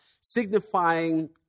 signifying